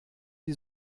die